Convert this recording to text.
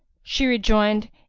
she rejoined,